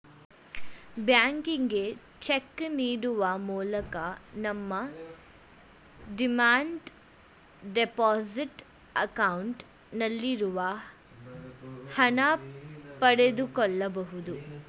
ಬ್ಯಾಂಕಿಗೆ ಚೆಕ್ ನೀಡುವ ಮೂಲಕ ನಮ್ಮ ಡಿಮ್ಯಾಂಡ್ ಡೆಪೋಸಿಟ್ ಅಕೌಂಟ್ ನಲ್ಲಿರುವ ಹಣ ಪಡೆದುಕೊಳ್ಳಬಹುದು